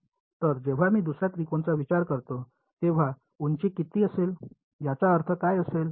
तर जेव्हा मी दुसर्या त्रिकोणाचा विचार करतो तेव्हा उंची किती असेल याचा अर्थ काय असेल